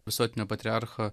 visuotinio patriarcho